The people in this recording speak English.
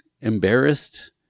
embarrassed